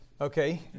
Okay